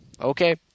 okay